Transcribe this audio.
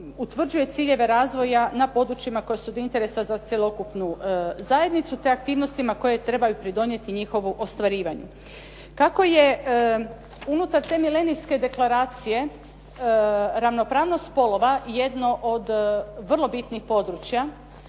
utvrđuje ciljeve razvoja na područjima koja su od interesa za cjelokupnu zajednicu te aktivnostima koje trebaju pridonijeti njihovu ostvarivanju. Kako je unutar te Milenijske deklaracije ravnopravnost spolova jedno od vrlo bitnih područja